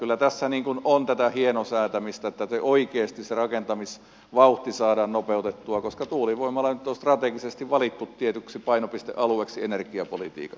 kyllä tässä on tätä hienosäätämistä niin että oikeasti sitä rakentamisvauhtia saadaan nopeutettua koska tuulivoimala nyt on strategisesti valittu tietyksi painopistealueeksi energiapolitiikassa